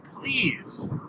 please